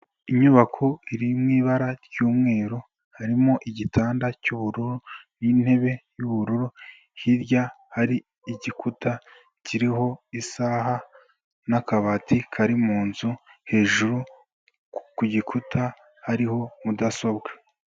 Inyubako iri mu ibara ry'umweru, harimo igitanda cy'ubururu n'intebe y'ubururu, hirya hari igikuta kiriho isaha n'akabati kari mu nzu, hejuru ku gikuta hariho mudasobwa.